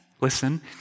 listen